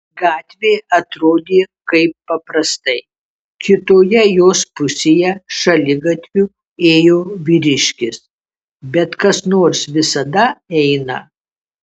gatvė atrodė kaip paprastai kitoje jos pusėje šaligatviu ėjo vyriškis bet kas nors visada eina